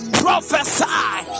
prophesy